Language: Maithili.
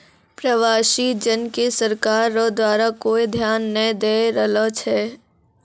प्रवासी जन के सरकार रो द्वारा कोय ध्यान नै दैय रहलो छै